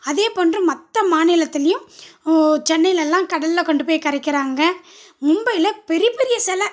அதே போன்று மற்ற மாநிலத்துலேயும் சென்னைலெலாம் கடலில் கொண்டு போய் கரைக்கிறாங்க மும்பையில் பெரிய பெரிய செலை